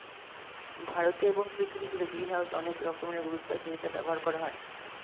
ভারতে এবং পৃথিবী জুড়ে গ্রিনহাউসের অনেক রকমের গুরুত্ব আছে যেটা ব্যবহার করা হয়